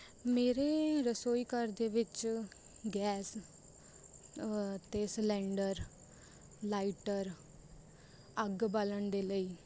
ਮੇਰੇ ਰਸੋਈ ਘਰ ਦੇ ਵਿੱਚ ਗੈਸ ਅਤੇ ਸਿਲੰਡਰ ਲਾਈਟਰ ਅੱਗ ਬਾਲਣ ਦੇ ਲਈ